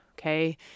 okay